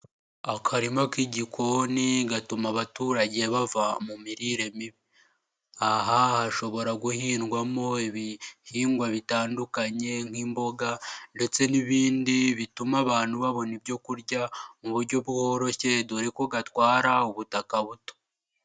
Akarima k'igikoni gatuma abaturage bava mu mirire mibi, aha hashobora guhindwamo ibihingwa bitandukanye nk'imboga ndetse n'ibindi bituma abantu babona ibyo kurya mu buryo bworoshye dore ko gatwara ubutaka buto.